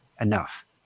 enough